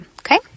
okay